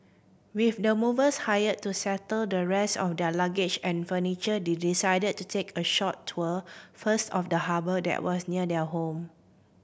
with the movers hired to settle the rest of their luggage and furniture they decided to take a short tour first of the harbour that was near their home